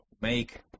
make